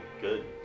good